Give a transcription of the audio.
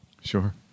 sure